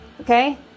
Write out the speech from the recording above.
okay